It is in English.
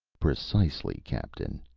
precisely, captain.